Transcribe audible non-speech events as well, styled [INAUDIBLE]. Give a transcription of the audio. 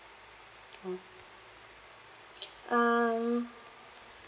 orh [NOISE] um